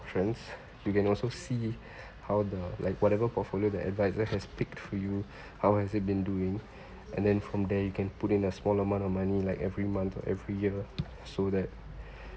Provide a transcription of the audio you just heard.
options you can also see how the like whatever portfolio the adviser has picked for you how has it been doing and then from there you can put in a small amount of money like every month or every year so that